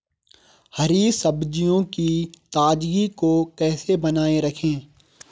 हरी सब्जियों की ताजगी को कैसे बनाये रखें?